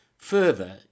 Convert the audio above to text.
Further